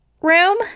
room